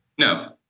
No